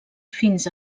fins